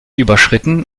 überschritten